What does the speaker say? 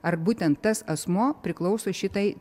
ar būtent tas asmuo priklauso šitai